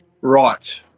Right